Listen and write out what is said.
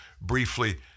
briefly